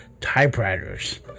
typewriters